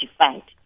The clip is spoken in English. identified